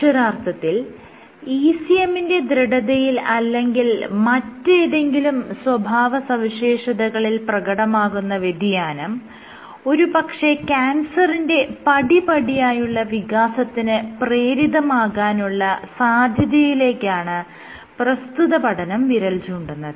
അക്ഷരാർത്ഥത്തിൽ ECM ന്റെ ദൃഢതയിൽ അല്ലെങ്കിൽ മറ്റേതെങ്കിലും സ്വഭാവസവിശേഷതകളിൽ പ്രകടമാകുന്ന വ്യതിയാനം ഒരു പക്ഷെ ക്യാൻസറിന്റെ പടിപടിയായുള്ള വികാസത്തിന് പ്രേരിതമാകാനുള്ള സാധ്യതയിലേക്കാണ് പ്രസ്തുത പഠനം വിരൽ ചൂണ്ടുന്നത്